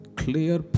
clear